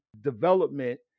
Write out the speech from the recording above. development